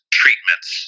treatments